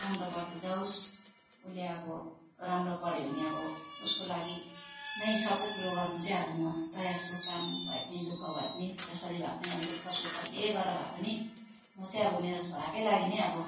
राम्रो बाटो जाओस् उसले अब राम्रो पढ्यो भने अब उसको लागि नै सबै कुरो गर्नु चाहिँ अब म तयार छु काम भए पनि दुःख भए पनि जसरी भए पनि अब दुःख सुख जे गरेर भए पनि म चाहिँ अब मेरो छोराकै लागि नै अब